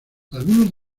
algunos